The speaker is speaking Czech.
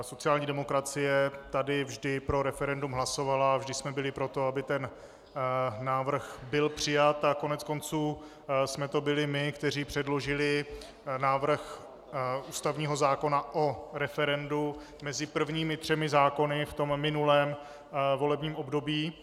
Sociální demokracie tady vždy pro referendum hlasovala a vždy jsme byli pro to, aby ten návrh byl přijat, a koneckonců jsme to byli my, kteří předložili návrh ústavního zákona o referendu mezi prvními třemi zákony v minulém volebním období.